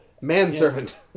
Manservant